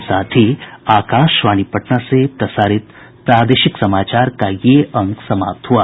इसके साथ ही आकाशवाणी पटना से प्रसारित प्रादेशिक समाचार का ये अंक समाप्त हुआ